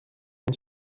and